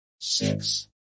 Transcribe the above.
six